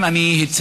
אתה נכנס